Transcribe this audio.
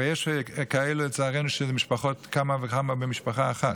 הרי יש כאלה, לצערנו, שהם כמה וכמה ממשפחה אחת.